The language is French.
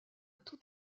tout